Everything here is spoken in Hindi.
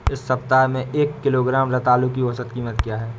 इस सप्ताह में एक किलोग्राम रतालू की औसत कीमत क्या है?